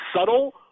subtle